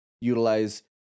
utilize